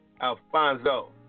Alfonso